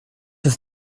ist